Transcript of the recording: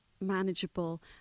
Manageable